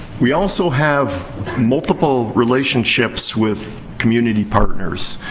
we also have multiple relationships with community partners.